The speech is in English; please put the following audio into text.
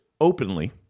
openly